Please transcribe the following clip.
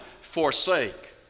forsake